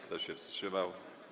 Kto się wstrzymał?